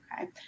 Okay